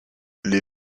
les